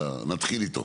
נתחיל איתו.